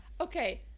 Okay